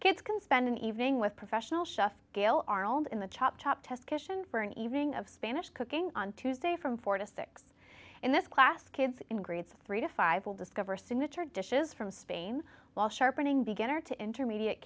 kids can spend an evening with professional chef gail arnold in the chop chop test kitchen for an evening of spanish cooking on tuesday from four to six in this class kids in grades three to five will discover signature dishes from spain while sharpening beginner to intermediate